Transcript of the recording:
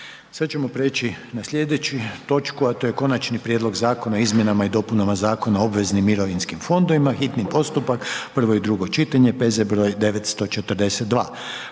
SATI. **Jandroković, Gordan (HDZ)** Konačni prijedlog Zakona izmjenama i dopunama Zakona o obveznim mirovinskim fondovima, hitni postupak, prvo i drugo čitanje, P.Z. br. 942.,